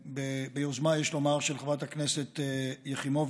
ביוזמה, יש לומר, של חברת הכנסת יחימוביץ'